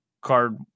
card